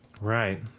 right